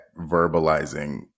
verbalizing